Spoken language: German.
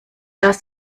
das